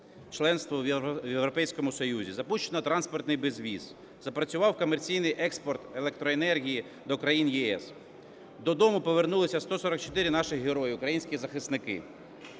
членство в Європейському Союзі, запущено транспортний безвіз, запрацював комерційний експорт електроенергії до країн ЄС, додому повернулися 144 наших героїв – українські захисники.